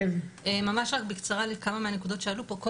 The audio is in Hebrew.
ואני רוצה להתייחס בכמה הערות קצרות.